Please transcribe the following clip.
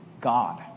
God